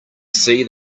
see